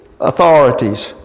authorities